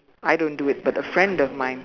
I don't do it but a friend of mine